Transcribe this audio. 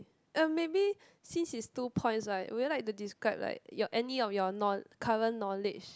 uh maybe since it's two points right would you like to describe like your any of your know~ current knowledge